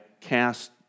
cast